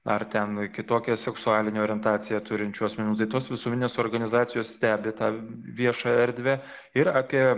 ar ten kitokią seksualinę orientaciją turinčių asmenų tai tos visuomeninės organizacijos stebi tą viešą erdvę ir apie